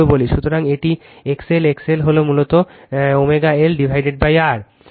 সুতরাং এটি X L X L হল মূলত LωR